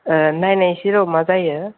नायनाय सै र' मा जायो